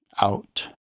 out